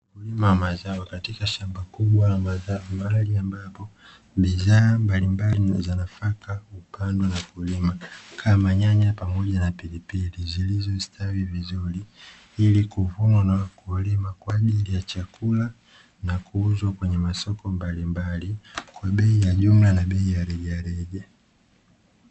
Mkulima wa mazao katika shamba kubwa la mazao, mahali ambapo bidhaa mbalimbali za nafaka hupandwa na kulimwa, kama nyanya pamoja na pilipili zilizostawi vizuri, ili kuvunwa na wakulima kwa ajili ya chakula, na kuuzwa kwenye masoko mbalimbali kwa bei ya jumla na bei ya rejareja.